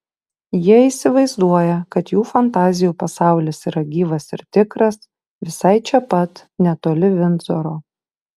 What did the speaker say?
jie įsivaizduoja kad jų fantazijų pasaulis yra gyvas ir tikras visai čia pat netoli vindzoro